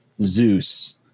Zeus